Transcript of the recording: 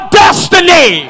destiny